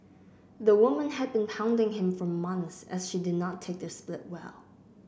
the woman had been hounding him for months as she did not take their split well